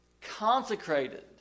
consecrated